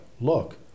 look